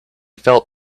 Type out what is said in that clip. felt